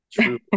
true